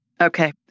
Okay